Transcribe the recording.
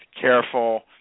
careful